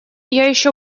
еще